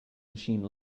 machine